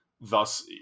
thus